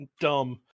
dumb